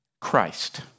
Christ